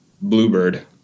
Bluebird